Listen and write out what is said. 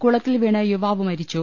കുളത്തിൽ വീണ് യുവാവ് മരിച്ചു